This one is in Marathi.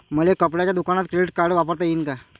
मले कपड्याच्या दुकानात क्रेडिट कार्ड वापरता येईन का?